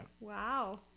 Wow